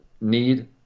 need